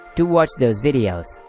to watch those videos.